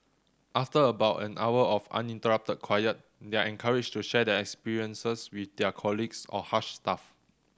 after about an hour of uninterrupted quiet they are encouraged to share their experiences with their colleagues or Hush staff